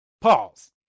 Pause